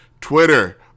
Twitter